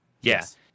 yes